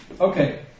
Okay